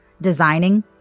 designing